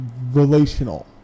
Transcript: relational